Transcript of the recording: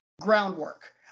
groundwork